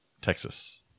Texas